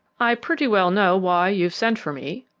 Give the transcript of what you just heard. i pretty well know why you've sent for me,